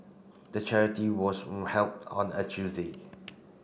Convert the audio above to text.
the charity was held on a Tuesday